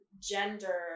gender